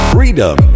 Freedom